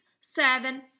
seven